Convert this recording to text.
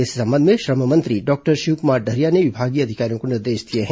इस संबंध में श्रम मंत्री डॉक्टर शिवकुमार डहरिया ने विभीगीय अधिकारियों को निर्देश दिए हैं